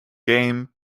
game